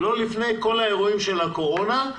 לא לפני כל האירועים של הקורונה.